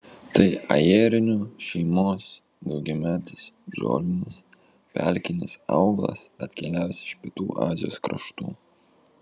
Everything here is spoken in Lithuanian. tai ajerinių šeimos daugiametis žolinis pelkinis augalas atkeliavęs iš pietų azijos kraštų